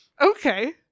okay